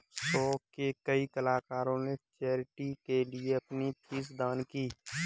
show के कई कलाकारों ने चैरिटी के लिए अपनी फीस दान की